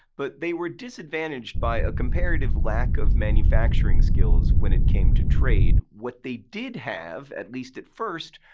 but they were disadvantaged by a comparative lack of manufacturing skills when it came to trade. what they did have, at least at first,